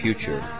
Future